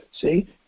See